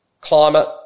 Climate